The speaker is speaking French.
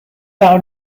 par